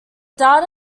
data